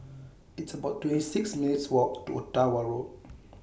It's about twenty six minutes' Walk to Ottawa Road